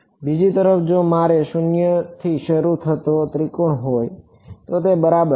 બીજી તરફ જો મારી પાસે શૂન્યથી શરૂ થતો ત્રિકોણ હોય તો તે બરાબર છે